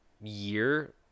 year